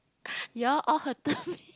you all all hurted me